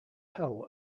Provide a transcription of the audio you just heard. hell